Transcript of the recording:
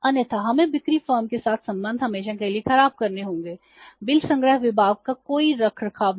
अन्यथा हमें बिक्री फर्म के साथ संबंध हमेशा के लिए खराब करने होंगे बिल संग्रह विभाग का कोई रखरखाव नहीं